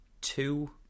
two